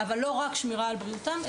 אבל לא רק שמירה על בריאותם,